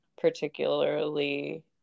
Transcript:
particularly